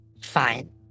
fine